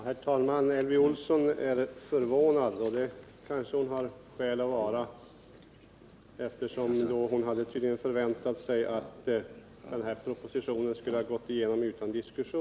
Herr talman! Elvy Olsson är förvånad, och det har hon kanske skäl att vara, eftersom hon tydligen hade förväntat sig att propositionen skulle gå igenom utan diskussion.